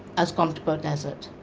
has gone to beaudesert.